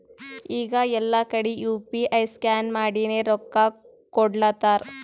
ಈಗ ಎಲ್ಲಾ ಕಡಿ ಯು ಪಿ ಐ ಸ್ಕ್ಯಾನ್ ಮಾಡಿನೇ ರೊಕ್ಕಾ ಕೊಡ್ಲಾತಾರ್